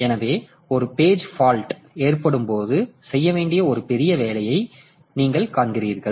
எனவே ஒரு page fault ஏற்படும் போது செய்ய வேண்டிய ஒரு பெரிய வேலை இருப்பதை நீங்கள் காண்கிறீர்கள்